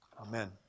Amen